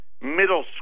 middle